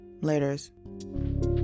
Laters